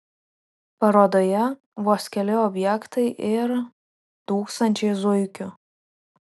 parodoje vos keli objektai ir tūkstančiai zuikių